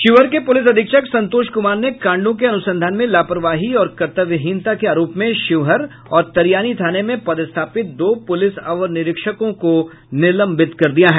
शिवहर के पुलिस अधीक्षक संतोष कुमार ने कांडों के अनुसंधान में लापरवाही और कर्तव्यहीनता के आरोप में शिवहर और तरियानी थाने में पदस्थापित दो पुलिस अवर निरीक्षकों को निलंबित कर दिया है